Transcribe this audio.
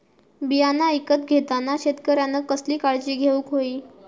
बियाणा ईकत घेताना शेतकऱ्यानं कसली काळजी घेऊक होई?